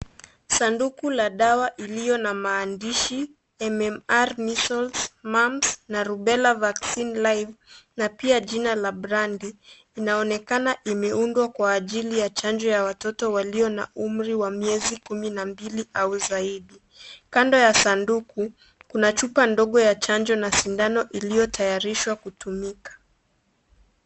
Sanduku la dawa iliyo na mandishi (cs)MMR, Measles, Mumps na Rubella vaccine Live[cs) na pia jina la brandi inaonekana imeundwa kwa ajili ya watoto walio na umri wa miezi kumi na mbili au zaidi. kando ya sanduku kuna chupa ndogo ya chanjo na sindano iliyotayarishwa kutumika.